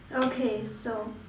okay so